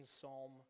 Psalm